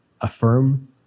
Affirm